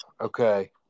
Okay